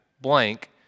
blank